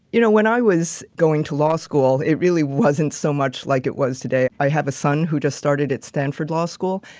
you know, when i was going to law school, it really wasn't so much like it was today. i have a son who just started at stanford law school.